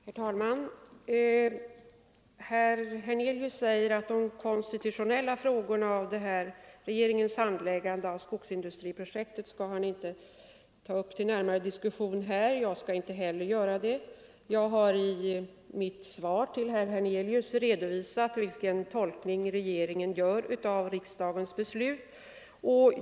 Herr talman! Herr Hernelius säger att han inte närmare skall ta upp en diskussion om de konstitutionella frågorna i regeringens handläggande av skogsindustriprojektet. Jag skall inte heller göra det. Jag har i mitt Nr 122 svar till herr Hernelius redovisat vilken tolkning regeringen gör av riks Torsdagen den dagens beslut.